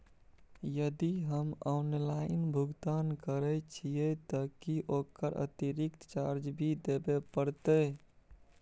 यदि हम ऑनलाइन भुगतान करे छिये त की ओकर अतिरिक्त चार्ज भी देबे परतै?